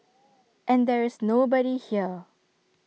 and there is nobody here